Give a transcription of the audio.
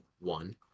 one